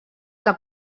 que